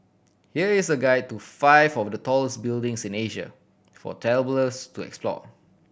here is a guide to five of the tallest buildings in Asia for travellers to explore